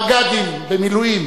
מג"דים במילואים,